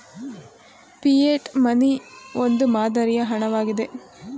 fiat money ಒಂದು ಮಾದರಿಯ ಹಣ ವಾಗಿದೆ